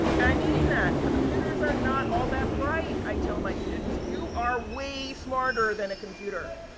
and i mean that. computers are not all that bright, i tell my students. you are way smarter than a computer.